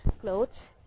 clothes